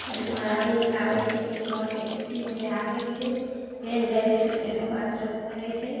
फेर पढ़ाबै लिखाबै छै फेर घरके छुट्टी दै छै आबै छै फेर जाइ छै तऽ फेरो कसरत करै छै